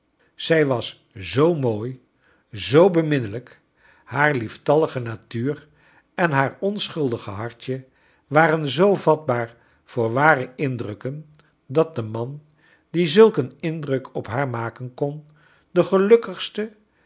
zij was zoo mooi zoo beminnelijk haar lieftallige natuur en haar onschuldig hartje waxen zoo vatbaar voor ware indrukken dat de man die zulk een indruk op haar maken kon de gelukkigste